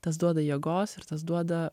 tas duoda jėgos ir tas duoda